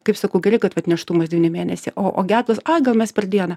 kaip sakau gerai kad vat nėštumas devyni mėnesiai o o gedulas ai gal mes per dieną